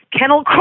kennel